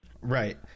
Right